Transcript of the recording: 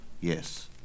Yes